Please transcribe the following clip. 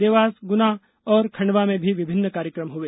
देवास गुना और खंडवा में भी विभिन्न कार्यक्रम हुए